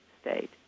state